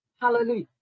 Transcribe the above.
hallelujah